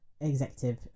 executive